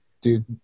Dude